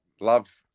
love